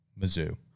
Mizzou